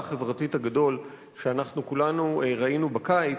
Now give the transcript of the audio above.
החברתית הגדול שאנחנו כולנו ראינו בקיץ,